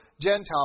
Gentile